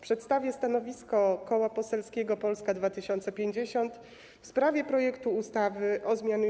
Przedstawię stanowisko Koła Poselskiego Polska 2050 w sprawie projektu ustawy o zmianie